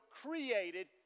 created